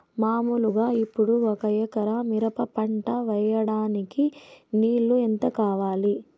మామూలుగా ఇప్పుడు ఒక ఎకరా మిరప పంట వేయడానికి నీళ్లు ఎంత కావాలి?